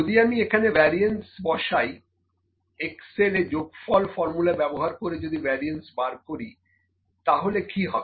যদি আমি এখানে ভ্যারিয়েন্স বসাই এক্সেল এ যোগফল ফর্মুলা ব্যবহার করে যদি ভ্যারিয়েন্স বার করি তাহলে কি হবে